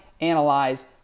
analyze